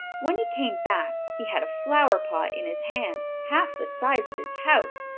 when he came back he had a flower-pot in his hand half the size of his house,